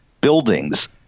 buildings